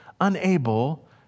unable